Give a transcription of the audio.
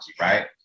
right